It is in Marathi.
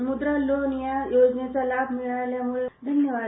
मुद्रा या योजनेचा लाभ मिळाल्यामुळे धन्यवाद